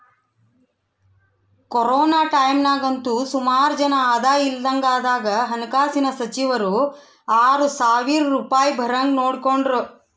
corona ಟೈಮ್ನಾಗಂತೂ ಸುಮಾರು ಜನ ಆದಾಯ ಇಲ್ದಂಗಾದಾಗ ಹಣಕಾಸಿನ ಸಚಿವರು ಆರು ಸಾವ್ರ ರೂಪಾಯ್ ಬರಂಗ್ ನೋಡಿಕೆಂಡ್ರು